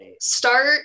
start